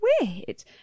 weird